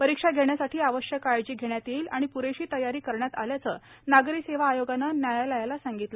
परीक्षा घेण्यासाठी आवश्यक काळजी घेण्यात येईल आणि प्रेशी तयारी करण्यात आल्याचं नागरी सेवा आयोगानं न्यायालयाला सांगितलं